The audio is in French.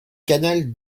canal